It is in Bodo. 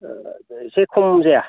एसे खम जाया